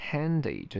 Handy